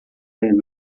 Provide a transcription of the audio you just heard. and